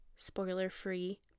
Spoiler-free